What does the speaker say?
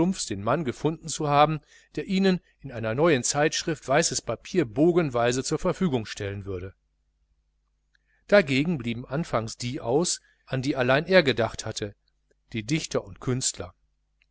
den mann gefunden zu haben der ihnen in einer neuen zeitschrift weißes papier bogenweise zur verfügung stellen würde dagegen blieben anfangs die aus an die allein er gedacht hatte die dichter und künstler